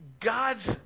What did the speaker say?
God's